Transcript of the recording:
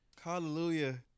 Hallelujah